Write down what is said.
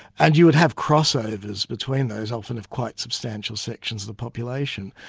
and you would have crossovers between those, often of quite substantial sections of the population.